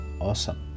awesome